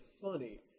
funny